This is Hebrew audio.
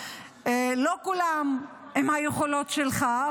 לא כולם עם היכולות שלך.